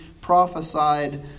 prophesied